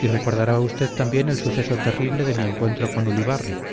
y recordará usted también el suceso terrible de mi encuentro con ulibarri